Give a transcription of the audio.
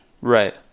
right